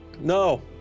No